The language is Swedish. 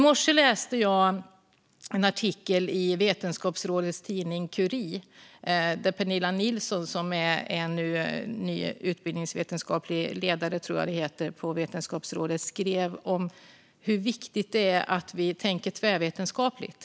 I morse läste jag en artikel i Vetenskapsrådets tidning Curie där Pernilla Nilsson, som är ny utbildningsvetenskaplig ledare, tror jag att det heter, på Vetenskapsrådet, skrev om hur viktigt det är att vi tänker tvärvetenskapligt.